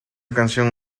canción